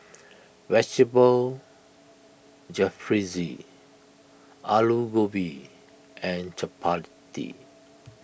Vegetable Jalfrezi Alu Gobi and Chapati